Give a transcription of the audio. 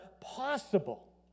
possible